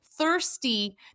thirsty